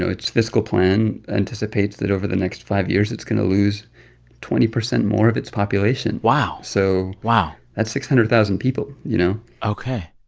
its fiscal plan anticipates that over the next five years it's going to lose twenty percent more of its population wow so. wow. that's six hundred thousand people, you know? ok.